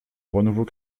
renouveau